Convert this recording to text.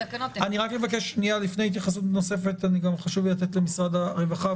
יש בתקנות --- לפני התייחסות נוספת חשוב לי לתת למשרד הרווחה,